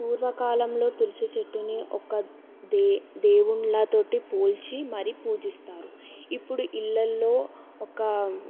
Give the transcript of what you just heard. పూర్వకాలంలో తులసి చెట్టుని ఒక దేవ్ దేవుళ్ళతో పోల్చి మరీ పూజిస్తారు ఇప్పుడు ఇళ్ళలో ఒక